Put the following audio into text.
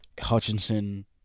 Hutchinson